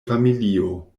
familio